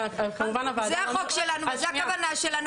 זה החוק שלנו וזו הכוונה שלנו.